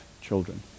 children